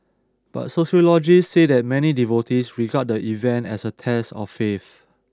but sociologists say that many devotees regard the event as a test of faith